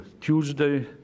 Tuesday